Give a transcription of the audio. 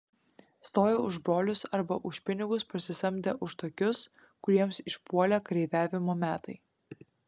stojo už brolius arba už pinigus parsisamdę už tokius kuriems išpuolė kareiviavimo metai